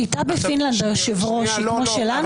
כלומר,